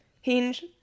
Hinge